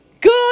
Good